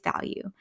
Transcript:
value